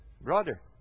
Brother